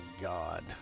God